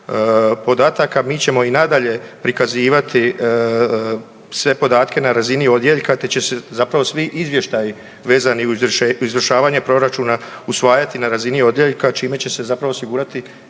podataka, mi ćemo i nadalje prikazivati sve podatke na razini odjeljka te će se zapravo svi izvještaji vezani uz izvršavanje proračuna usvajati na razini odjeljka čime će se zapravo osigurati